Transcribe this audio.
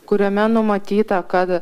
kuriame numatyta kad